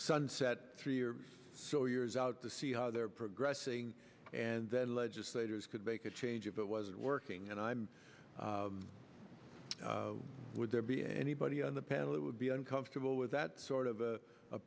sunset three or so years out to see how they're progressing and then legislators could make a change if it wasn't working and i'm would there be anybody on the panel that would be uncomfortable with that sort of